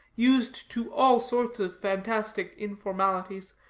used to all sorts of fantastic informalities,